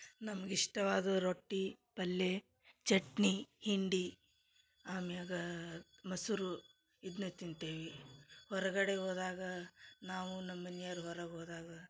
ನಮ್ಗ ಇಷ್ಟವಾದು ರೊಟ್ಟಿ ಪಲ್ಯೆ ಚಟ್ನಿ ಹಿಂಡಿ ಆಮ್ಯಾಗ ಮೊಸರು ಇದ್ನೆ ತಿಂತೇವಿ ಹೊರ್ಗಡೆಗ ಹೋದಾಗಾ ನಾವು ನಮ್ಮ ಮನಿಯರು ಹೊರಗ ಹೋದಾಗ